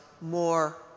more